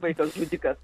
vaikas žudikas